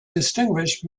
distinguished